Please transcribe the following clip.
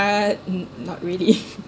uh not really